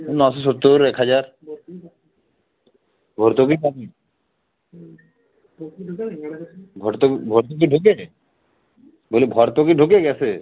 নশো সত্তর এক হাজার ভর্তুকি পাবে ভর্তুকি ভর্তুকি ঢুকেছে বলছি ভর্তুকি ঢুকে গেছে